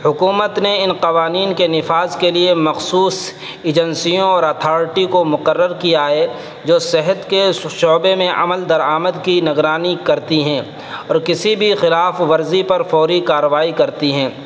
حکومت نے ان قوانین کے نفاذ کے لیے مخصوص ایجنسیوں اور اتھارٹی کو مقرر کیا ہے جو صحت کے شعبے میں عمل درآمد کی نگرانی کرتی ہیں اور کسی بھی خلاف ورزی پر فوری کارروائی کرتی ہیں